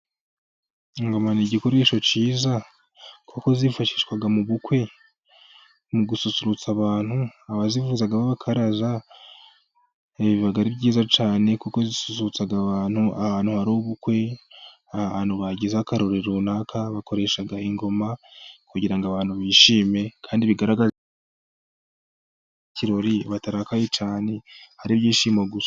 Ingoma ni igikoresho cyiza, kuko zifashishwa mu bukwe, mu gususurutsa abantu, abazivuza ba abakaraza biba ari byiza cyane, kuko zisusurutsa abantu, ahantu hari ubukwe, ahantu bagize akarori runaka bakoresha ingoma kugira abantu bishime, kandi bigaragaze mu kirori batarakaye cyane, hari ibyishimo gusa.